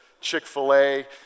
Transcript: Chick-fil-A